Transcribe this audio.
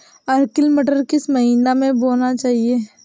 Arkel मटर किस महीना में बोना चाहिए?